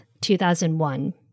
2001